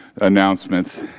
announcements